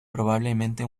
probablemente